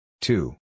Two